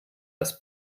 dass